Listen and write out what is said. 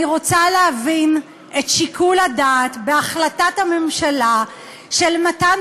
אני רוצה להבין את שיקול הדעת בהחלטת הממשלה על מתן